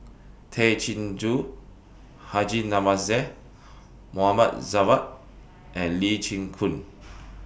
Tay Chin Joo Haji Namazie Mohd Javad and Lee Chin Koon